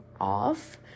off